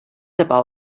about